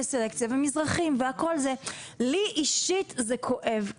סלקציה ומזרחים והכול לי אישית זה כואב,